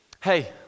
hey